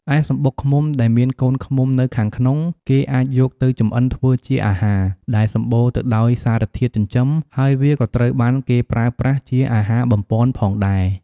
ឯសំបុកឃ្មុំដែលមានកូនឃ្មុំនៅខាងក្នុង គេអាចយកទៅចម្អិនធ្វើជាអាហារ ដែលសម្បូរទៅដោយសារធាតុចិញ្ចឹម ហើយវាក៏ត្រូវបានគេប្រើប្រាស់ជាអាហារបំប៉នផងដែរ។